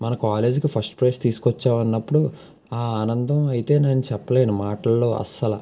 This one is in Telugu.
మన కాలేజీకి ఫస్ట్ ప్లేస్ తీసుకొచ్చావు అన్నప్పుడు ఆ ఆనందం అయితే నేను చెప్పలేను మాటల్లో అస్సలు